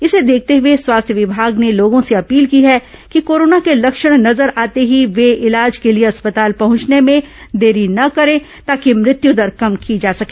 इसे देखते हुए स्वास्थ्य विभाग ने लोगों से अपील की है कि कोरोना के लक्षण नजर आते ही वे इलाज के लिए अस्पताल पहुंचने में देरी न करें ताकि मुत्यु दर कम की जा सके